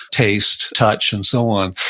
taste, touch and so on.